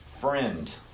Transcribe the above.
friend